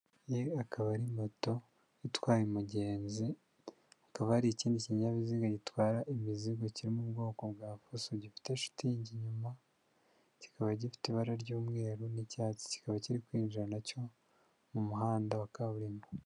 Iyi akaba ari moto itwaye umugenzi, hakaba hari ikindi kinyabiziga gitwara imizigo kiri mu bwoko bwa fuso gifite shitingi inyuma kikaba gifite ibara ry'umweru n'icyatsi. Kikaba kiri kwinjira na cyo mu muhanda wa kaburimbo.